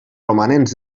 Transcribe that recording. romanents